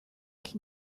can